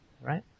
Right